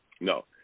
No